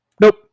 nope